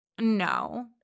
No